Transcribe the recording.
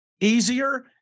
easier